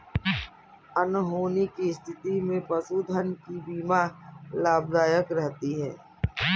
अनहोनी की स्थिति में पशुधन की बीमा लाभदायक रहती है